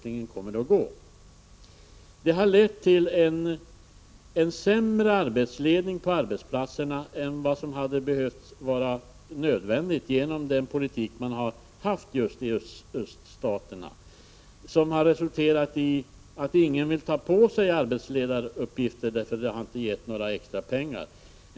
Den politik som bedrivits i öststaterna har lett till en sämre arbetsledning på arbetsplatserna än som varit nödvändigt — ingen har velat ta på sig arbetsledaruppgifter, därför att det inte har gett några extra pengar.